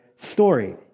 story